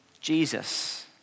Jesus